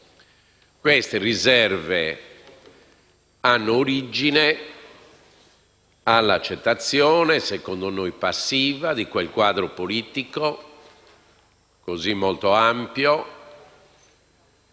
Queste riserve hanno origine all'accettazione, secondo noi passiva, di quel quadro politico molto ampio